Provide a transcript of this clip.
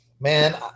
man